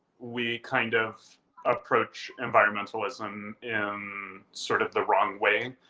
we kind of approach environmentalism in sort of the wrong way.